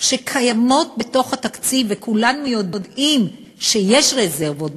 שקיימות בתוך התקציב, וכולנו יודעים שיש רזרבות.